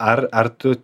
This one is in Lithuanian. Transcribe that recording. ar ar tu